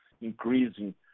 increasing